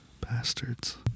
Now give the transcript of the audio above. Bastards